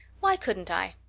why couldn't i?